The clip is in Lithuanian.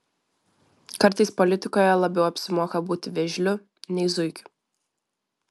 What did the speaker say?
kartais politikoje labiau apsimoka būti vėžliu nei zuikiu